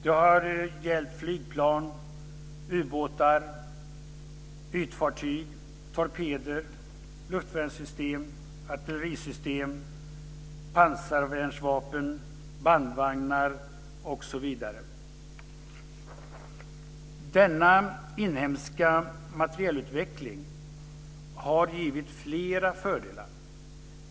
Det har gällt flygplan, ubåtar, ytfartyg, torpeder, luftvärnssystem, artillerisystem, pansarvärnsvapen, bandvagnar osv. Denna inhemska materielutveckling har givit flera fördelar.